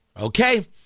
Okay